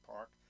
Park